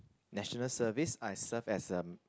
National Service I served as a